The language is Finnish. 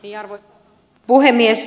arvoisa puhemies